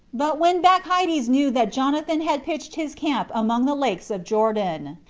but when bacchides knew that jonathan had pitched his camp among the lakes of jordan,